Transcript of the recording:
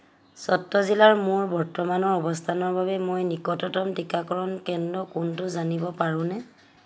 চত্ৰ জিলাৰ মোৰ বৰ্তমানৰ অৱস্থানৰ বাবে মই নিকটতম টীকাকৰণ কেন্দ্ৰ কোনটো জানিব পাৰোঁনে